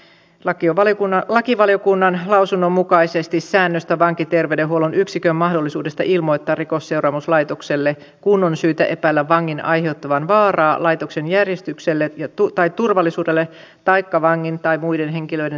valiokunta ehdottaa lakivaliokunnan lausunnon mukaisesti säännöstä vankiterveydenhuollon yksikön mahdollisuudesta ilmoittaa rikosseuraamuslaitokselle kun on syytä epäillä vangin aiheuttavan vaaraa laitoksen järjestykselle tai turvallisuudelle taikka vangin tai muiden henkilöiden turvallisuudelle